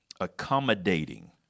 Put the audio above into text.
accommodating